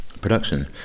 production